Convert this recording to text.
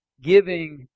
giving